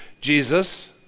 Jesus